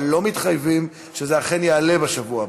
אבל לא מתחייבים שזה אכן יעלה בשבוע הבא.